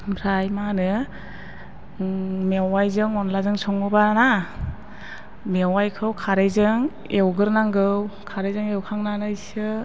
ओमफ्राय मा होनो मेवायजों अनलाजों सङोबाना मेवायखौ खारैजों एवग्रोनांगौ खारैजों एवखांनानैसो